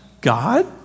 God